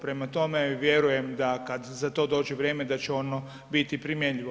Prema tome, vjerujem da kad za to dođe vrijeme da će ono biti primjenljivo.